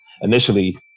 Initially